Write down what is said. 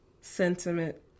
sentiment